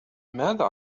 ماذا